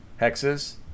hexes